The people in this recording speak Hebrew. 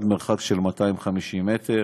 עד מרחק של 250 מטר.